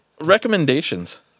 recommendations